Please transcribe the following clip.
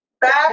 back